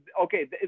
Okay